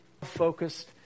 Focused